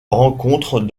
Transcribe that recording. rencontre